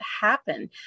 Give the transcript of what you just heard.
happen